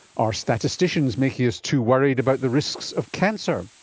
are statisticians making us too worried about the risks of cancer?